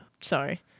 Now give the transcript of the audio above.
Sorry